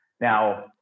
Now